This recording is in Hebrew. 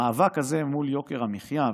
המאבק הזה מול יוקר המחיה,